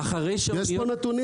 יש פה נתונים סטטיסטיים.